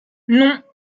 non